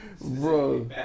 Bro